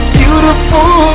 beautiful